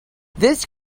this